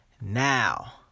now